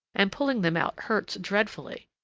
and pulling them out hurts dreadfully.